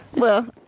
well,